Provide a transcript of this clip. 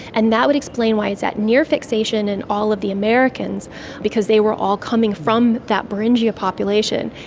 and that would explain why it's at near fixation in all of the americans because they were all coming from that beringia population.